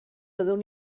fyddwn